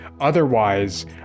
otherwise